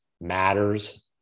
matters